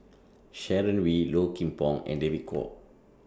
Sharon Wee Low Kim Pong and David Kwo